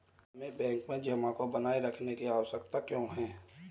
हमें बैंक में जमा को बनाए रखने की आवश्यकता क्यों है?